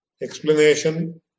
explanation